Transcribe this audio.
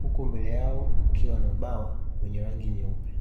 huku mbele yao kukiwa na ubao wenye rangi nyeupe.